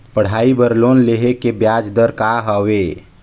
पढ़ाई बर लोन लेहे के ब्याज दर का हवे?